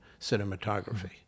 cinematography